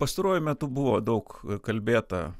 pastaruoju metu buvo daug ir kalbėta